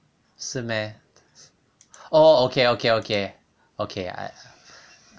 是 meh orh okay okay okay okay I